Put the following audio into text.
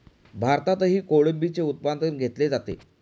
भारतातही कोळंबीचे उत्पादन घेतले जाते